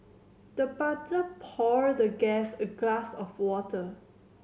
the butler poured the guest a glass of water